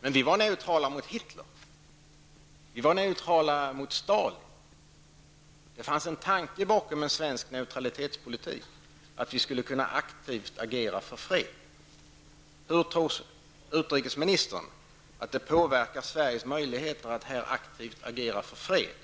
Men vi var neutrala mot Hitler och neutrala mot Stalin. Det fanns en tanke bakom en svensk neutralitetspolitik, nämligen att vi aktivt skulle kunna agera för fred. Hur tror utrikesministern att det påverkar Sveriges möjligheter att aktivt agera för fred